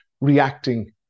reacting